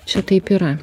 čia taip yra